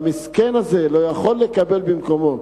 והמסכן הזה לא יכול לקבל אחר במקומם.